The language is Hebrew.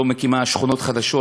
לא מקימה שכונות חדשות,